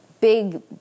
big